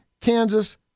Kansas